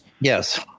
Yes